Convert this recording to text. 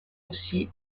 aussi